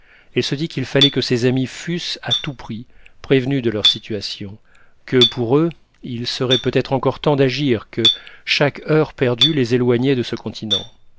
elle se dit qu'il fallait que ses amis fussent à tout prix prévenus de leur situation que pour eux il serait peut-être encore temps d'agir que chaque heure perdue les éloignait de ce continent